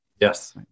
Yes